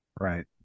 right